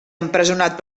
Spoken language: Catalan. empresonat